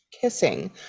kissing